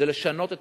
זה לשנות את